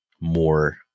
more